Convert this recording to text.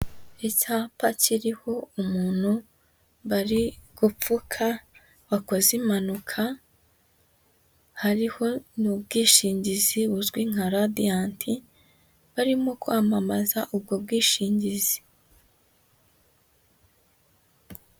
Icyapa kiriho umuntu bari gupfuka wakoze impanuka, hariho ni ubwishingizi buzwi nka Radiant, barimo kwamamaza ubwo bwishingizi.